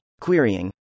Querying